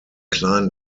kleinen